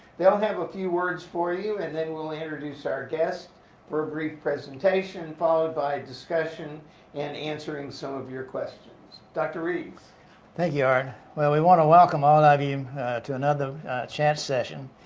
they will have a few words for you and then we'll introduce our guest for a brief presentation followed by discussion and answering some so of your questions. dr. rees thank you art. we want to welcome all ah of you to another chat session.